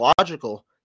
logical